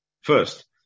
first